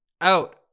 out